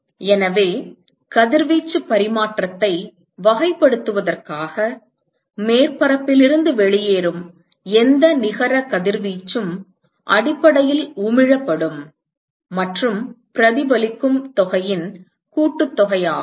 எனவே கதிர்வீச்சு பரிமாற்றத்தை வகைப்படுத்துவதற்காக மேற்பரப்பிலிருந்து வெளியேறும் எந்த நிகர கதிர்வீச்சும் அடிப்படையில் உமிழப்படும் மற்றும் பிரதிபலிக்கும் தொகையின் கூட்டுத்தொகையாகும்